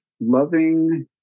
loving